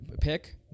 pick